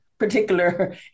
particular